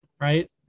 right